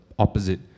opposite